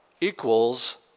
equals